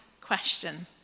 question